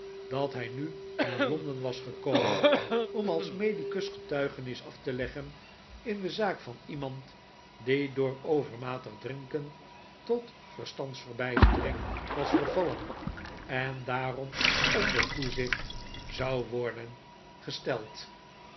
dat hij nu naar londen was gekomen om als medicus getuigenis af te leggen in de zaak van iemand die door overmatig drinken tot verstandsverbijstering was vervallen en daarom onder toezicht zou worden gesteld